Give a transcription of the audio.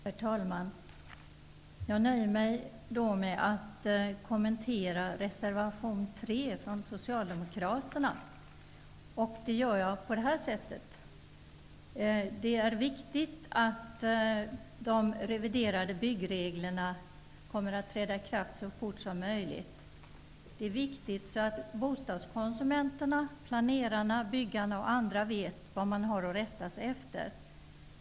Herr talman! Jag nöjer mig med att kommentera reservation 3 från Socialdemokraterna genom att säga följande. Det är viktigt att de reviderade byggreglerna träder i kraft så fort som möjligt. Detta är viktigt för att bostadskonsumenterna, planerarna, byggarna och andra skall veta vad de har att rätta sig efter.